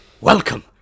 welcome